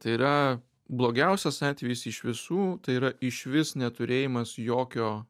tai yra blogiausias atvejis iš visų tai yra išvis neturėjimas jokio